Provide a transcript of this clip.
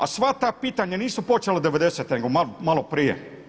A sva ta pitanja nisu počela '90-te nego malo prije.